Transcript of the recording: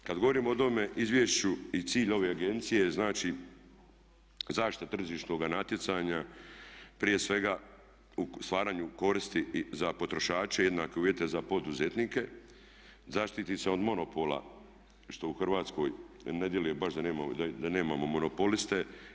Kad govorimo o onome izvješću i cilj ove agencije znači zaštita tržišnoga natjecanja prije svega u stvaranju koristi za potrošače, jednake uvjete za poduzetnike zaštiti se od monopola što u Hrvatskoj ne djeluje baš da nemamo monopoliste.